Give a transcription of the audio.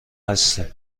هستیم